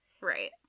Right